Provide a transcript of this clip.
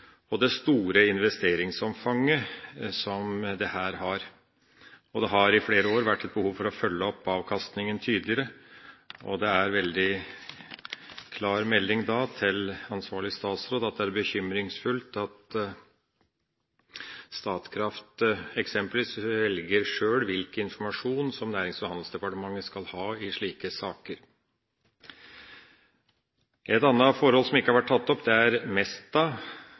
og det store investeringsomfanget som dette har. Det har i flere år vært et behov for å følge opp avkastningen tydeligere, og det er veldig klar melding til ansvarlig statsråd at det er bekymringsfullt at Statkraft eksempelvis velger sjøl hvilken informasjon som Nærings- og handelsdepartementet skal ha i slike saker. Et annet forhold som ikke har vært tatt opp, er Mesta, og komiteen sier at de må styrke konkurranseevnen. Det er